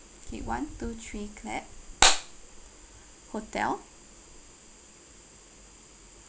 K one two three clap hotel